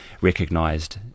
recognised